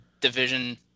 division